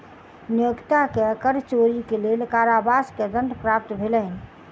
नियोक्ता के कर चोरी के लेल कारावास के दंड प्राप्त भेलैन